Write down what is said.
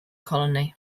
colony